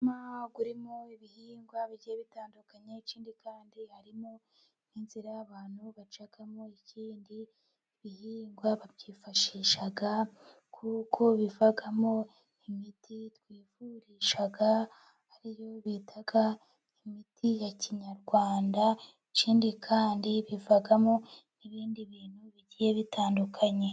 Umurima urimo ibihingwa bigiye bitandukanye, ikindi kandi harimo n'inzira y'abantu bacamo, ikindi ibihingwa babyifashisha kuko bivagamo imiti twivurisha, ariyo bita imiti ya kinyarwanda, ikindi kandi bivamo n'ibindi bintu bigiye bitandukanye.